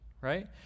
right